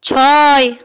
ছয়